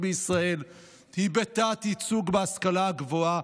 בישראל היא בתת-ייצוג בהשכלה הגבוהה,